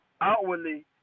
outwardly